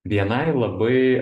bni labai